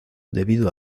debido